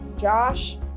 Josh